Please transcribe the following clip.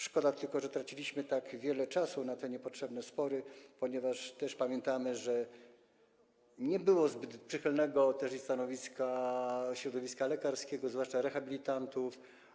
Szkoda tylko, że traciliśmy tak wiele czasu na niepotrzebne spory, ponieważ pamiętamy, że nie było zbyt przychylnego stanowiska środowiska lekarskiego, zwłaszcza rehabilitantów.